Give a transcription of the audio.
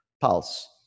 Pulse